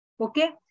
okay